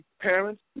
parents